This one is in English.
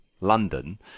London